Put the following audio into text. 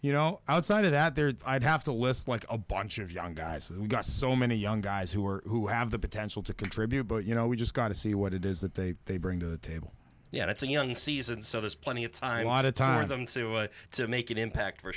you know outside of that there's i'd have to list like a bunch of young guys and we've got so many young guys who are who have the potential to contribute but you know we just got to see what it is that they they bring to the table yet it's a young season so there's plenty of time lot of time for them to to make an impact for